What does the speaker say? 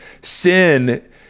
sin